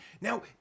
Now